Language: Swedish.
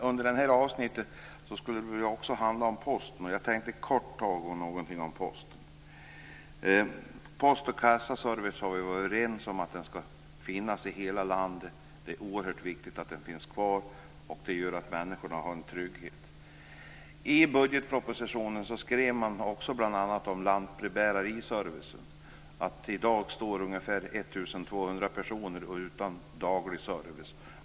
Under det här avsnittet skulle det väl också handla om Posten. Jag tänkte kort ta upp något om Posten. Vi har varit överens om att post och kassaservice skall finnas i hela landet. Det är oerhört viktigt att den finns kvar. Det gör att människorna har en trygghet. I budgetpropositionen skrev man bl.a. också om lantbrevbärarservicen. I dag står ungefär 1 200 personer utan daglig service.